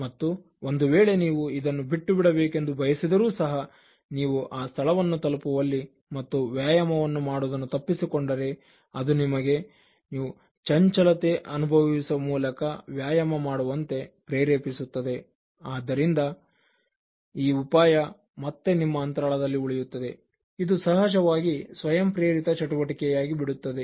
ಮತ್ತು ಒಂದು ವೇಳೆ ನೀವು ಇದನ್ನು ಬಿಟ್ಟುಬಿಡಬೇಕೆಂದು ಬಯಸಿದರುರೂ ಸಹ ನೀವು ಆ ಸ್ಥಳವನ್ನು ತಲುಪುವಲ್ಲಿ ಮತ್ತು ವ್ಯಾಯಾಮವನ್ನು ಮಾಡುವುದನ್ನು ತಪ್ಪಿಸಿಕೊಂಡರೆ ಅದು ನಿಮಗೆ ನೀವು ಚಂಚಲತೆ ಅನುಭವಿಸುವ ಮೂಲಕ ವ್ಯಾಯಾಮ ಮಾಡುವಂತೆ ಪ್ರೇರೇಪಿಸುತ್ತದೆ ಆದ್ದರಿಂದ ಈ ಒಂದು ಉಪಾಯ ಮತ್ತೆ ನಿಮ್ಮ ಅಂತರಾಳದಲ್ಲಿ ಉಳಿಯುತ್ತದೆ ಇದು ಸಹಜ ವಾಗಿ ಸ್ವಯಂ ಪ್ರೇರಿತ ಚಟುವಟಿಕೆಯಾಗಿ ಬಿಡುತ್ತದೆ